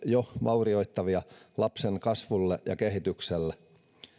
jo vaurioittavia lapsen kasvulle ja kehitykselle